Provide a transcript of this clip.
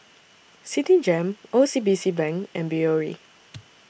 Citigem O C B C Bank and Biore